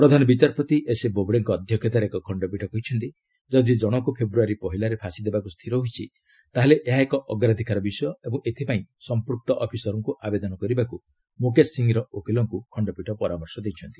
ପ୍ରଧାନ ବିଚାରପତି ଏସ୍ଏ ବୋବଡେଙ୍କ ଅଧ୍ୟକ୍ଷତାରେ ଏକ ଖଣ୍ଡପୀଠ କହିଛନ୍ତି ଯଦି ଜଶକୁ ଫେବ୍ୟାରୀ ପହିଲାରେ ଫାଶୀ ଦେବାକୁ ସ୍ଥିର ହୋଇଛି ତାହେଲେ ଏହା ଏକ ଅଗ୍ରାଧିକାର ବିଷୟ ଏବଂ ଏଥିପାଇଁ ସମ୍ପ୍ରକ୍ତ ଅଫିସରଙ୍କୁ ଆବେଦନ କରିବାକୁ ମୁକେଶ ସିଂହର ଓକିଲଙ୍କୁ ଖଣ୍ଡପୀଠ ପରାମର୍ଶ ଦେଇଛନ୍ତି